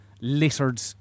littered